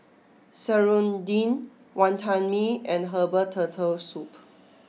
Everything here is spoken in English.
Serunding Wantan Mee and Herbal Turtle Soup